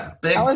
big